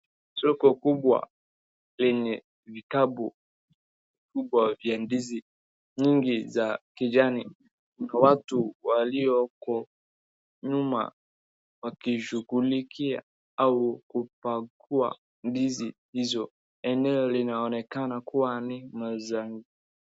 Soko kubwa lenye vikapu kubwa vya ndizi nyingi za kijani na watu walioko nyuma wakishughulikia au kupakua ndizi izo. Eneo linaonekana kuwa ni maza...